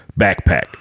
Backpack